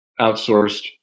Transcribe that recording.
outsourced